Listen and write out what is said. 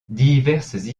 diverses